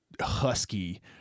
husky